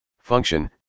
Function